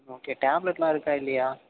okay டேப்லெட்லாம் இருக்கா இல்லையா